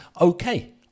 okay